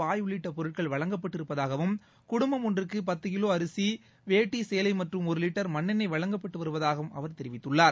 பாய் உள்ளிட்ட பொருட்கள் வழங்கப்பட்டிருப்பதாகவும் குடும்பம் ஒன்றுக்கு பத்து கிலோ அரிசி வேட்டி சேலை மற்றும் ஒரு லிட்டர் மண்ணெண்ணெய் வழங்கப்பட்டு வருவதாகவும் அவர் தெரிவித்துள்ளார்